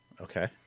Okay